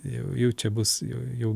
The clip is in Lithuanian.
jau jau čia bus jau jau